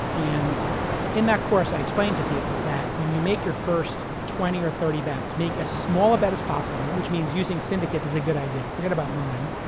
and in that course, i explain to people that when you make your first twenty or thirty bets, make a small bet as possible which is using syndicates is a good idea, forget about mine,